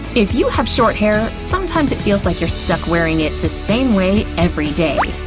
if you have short hair, sometimes it feels like you're stuck wearing it the same way every day.